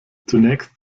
zunächst